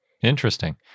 Interesting